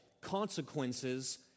Consequences